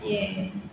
yes